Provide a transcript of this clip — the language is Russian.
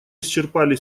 исчерпали